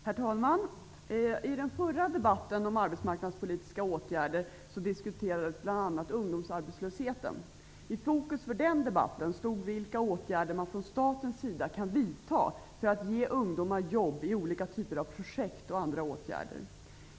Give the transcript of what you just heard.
Herr talman! I den förra debatten om arbetsmarknadspolitiska åtgärder diskuterades bl.a. ungdomsarbetslösheten. I fokus för den debatten stod vilka åtgärder staten kan vidta för att ge ungdomar jobb i olika typer av projekt och liknande.